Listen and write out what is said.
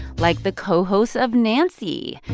like the cohosts of nancy,